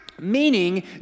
meaning